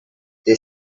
they